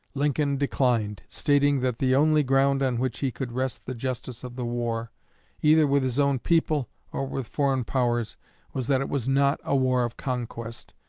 lincoln declined, stating that the only ground on which he could rest the justice of the war either with his own people or with foreign powers was that it was not a war of conquest,